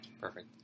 perfect